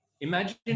Imagine